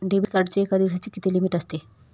Debit कार्डची एका दिवसाची किती लिमिट असते?